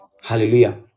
hallelujah